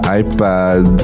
iPad